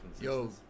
Yo